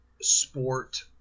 sport